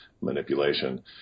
manipulation